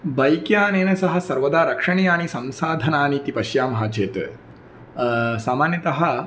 बैक्यानेन सह सर्वदा रक्षणीयानि संसाधनानि इति पश्यामः चेत् सामान्यतः